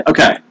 Okay